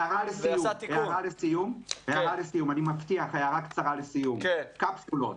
הערה קצרה לסיום לגבי הקפסולות.